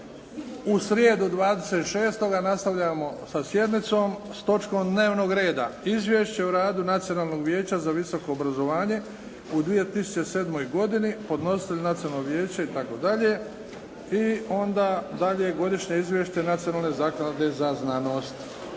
U srijedu 26. nastavljamo sa sjednicom s točkom dnevnog reda Izvješće o radu Nacionalnog vijeća za visoko obrazovanje u 2007. godini, podnositelj Nacionalno vijeće itd., i onda dalje Godišnje izvješće nacionalne zaklade za znanost.